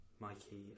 Mikey